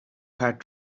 had